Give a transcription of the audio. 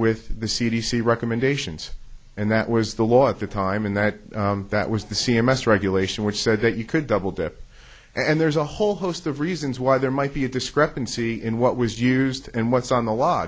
with the c d c recommendations and that was the law at the time and that that was the c m s regulation which said that you could double dip and there's a whole host of reasons why there might be a discrepancy in what was used and what's on the law